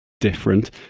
Different